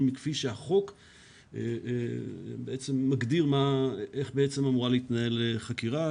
מכפי שהחוק בעצם מגדיר איך אמורה להתנהל חקירה,